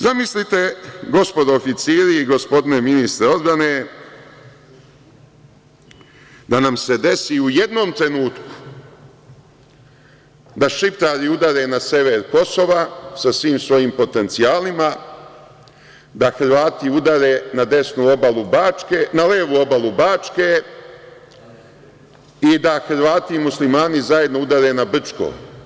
Zamislite, gospodo oficiri i gospodine ministre odbrane, da nam se desi u jednom trenutku da Šiptari udare na sever Kosova sa svim svojim potencijalima, da Hrvati udare na levu obalu Bačke i da Hrvati i Muslimani zajedno udare na Brčko?